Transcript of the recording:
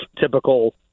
typical